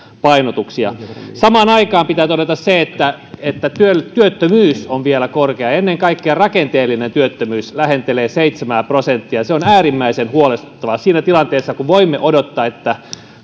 painotuksia samaan aikaan pitää todeta se että että työttömyys on vielä korkea ja ennen kaikkea rakenteellinen työttömyys lähentelee seitsemää prosenttia se on äärimmäisen huolestuttavaa siinä tilanteessa kun voimme odottaa että